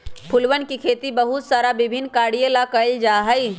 फूलवन के खेती बहुत सारा विभिन्न कार्यों ला कइल जा हई